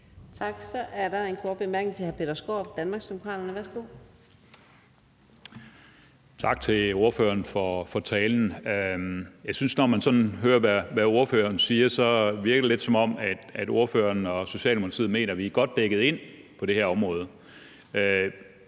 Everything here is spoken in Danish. Tak. Så er der en kort bemærkning til hr. Peter Skaarup, Danmarksdemokraterne. Værsgo. Kl. 14:46 Peter Skaarup (DD): Tak til ordføreren for talen. Jeg synes, at det, når man sådan hører, hvad ordføreren siger, virker lidt, som om ordføreren og Socialdemokratiet mener, at vi er godt dækket ind på det her område.